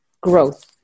growth